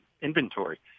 inventory